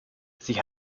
sie